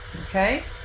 Okay